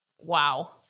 wow